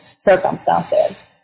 circumstances